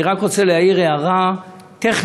אני רק רוצה להעיר הערה טכנית: